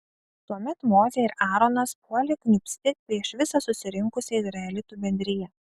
tuomet mozė ir aaronas puolė kniūbsti prieš visą susirinkusią izraelitų bendriją